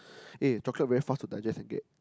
eh chocolate very fast to digest and get